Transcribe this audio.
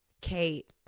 Kate